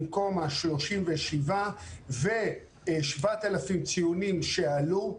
במקום ה-37,000 ו-7,000 ציונים שעלו.